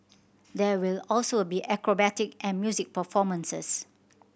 there will also be acrobatic and music performances